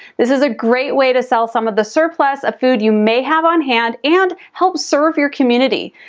this is a great way to sell some of the surplus of food you may have on hand and help serve your community.